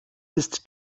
ist